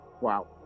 Wow